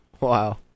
Wow